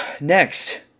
Next